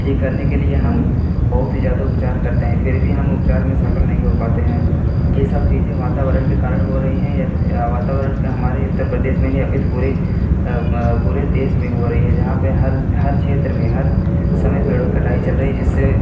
ठीक करने के लिए हम बहुत ही ज़्यादा उपचार करते हैं फिर भी हम उपचार में सफल नहीं हो पाते हैं ये सब चीज़ें वातावरण के कारण हो रही हैं या या वातावरण हमारे उत्तर प्रदेश में ही नहीं आपूर्ति पूरे पूरे देश में हो रही है जहाँ पर हर हर क्षेत्र में हर समय पेड़ों की कटाई चल रही है जिससे